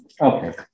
Okay